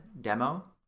demo